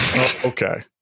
Okay